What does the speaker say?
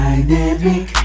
Dynamic